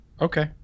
okay